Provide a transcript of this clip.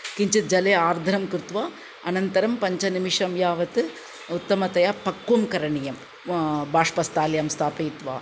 किञ्चित् जलम् आर्द्रं कृत्वा अनन्तरं पञ्चनिमिषं यावत् उत्तमतया पक्वं करणीयं बाष्पस्थाल्यां स्थापयित्वा